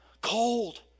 Cold